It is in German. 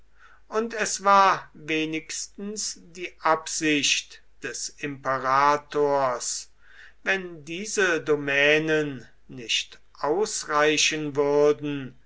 und es war wenigstens die absicht des imperators wenn diese domänen nicht ausreichen würden